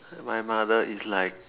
my mother is like